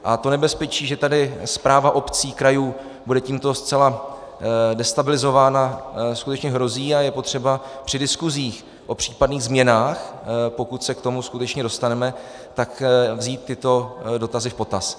A to nebezpečí, že tady správa obcí, krajů bude tímto zcela destabilizována, skutečně hrozí a je potřeba při diskusích o případných změnách, pokud se k tomu skutečně dostaneme, vzít tyto dotazy v potaz.